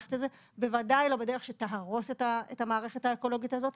בוודאי לא בדרך שתהרוס את המערכת האקולוגית הזאת.